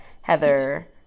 heather